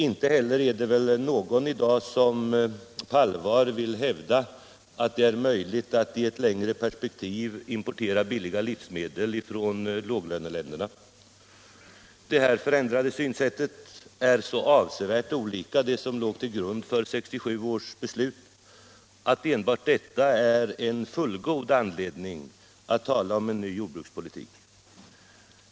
Inte heller är det väl någon som i dag på allvar vill hävda att det är möjligt att i ett längre perspektiv importera billigare livsmedel från låglöneländerna. Det här förändrade synsättet är så avsevärt olika det som låg till grund för 1967 års beslut att enbart detta är en fullgod anledning att tala om en ny jordbrukspolitik.